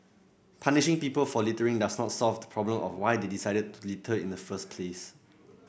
punishing people for littering does not solve the problem of why they decided to litter in the first place